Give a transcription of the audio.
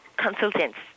consultants